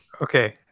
Okay